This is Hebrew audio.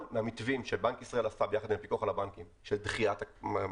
כל מהמתווים שבנק ישראל עשה יחד עם הפיקוח על הבנקים של דחיית משכנתאות,